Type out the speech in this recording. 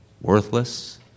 worthless